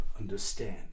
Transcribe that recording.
understand